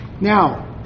Now